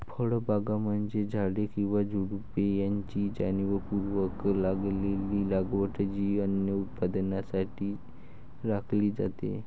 फळबागा म्हणजे झाडे किंवा झुडुपे यांची जाणीवपूर्वक लावलेली लागवड जी अन्न उत्पादनासाठी राखली जाते